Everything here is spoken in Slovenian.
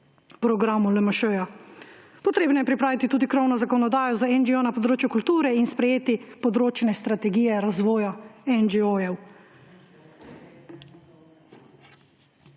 programu LMŠ. Potrebno je pripraviti tudi krovno zakonodajo za NGO na področju kulture in sprejeti področne strategije razvoja NGO.